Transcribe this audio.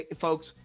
folks